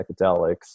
psychedelics